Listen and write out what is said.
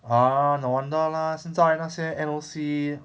ah no wonder lah 现在那些 N_O_C